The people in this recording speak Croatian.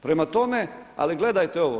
Prema tome, ali gledajte ovo.